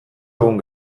egun